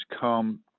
come